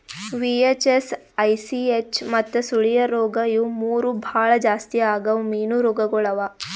VHS, ICH ಮತ್ತ ಸುಳಿಯ ರೋಗ ಇವು ಮೂರು ಭಾಳ ಜಾಸ್ತಿ ಆಗವ್ ಮೀನು ರೋಗಗೊಳ್ ಅವಾ